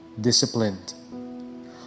disciplined